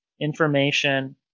information